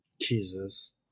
Jesus